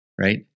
right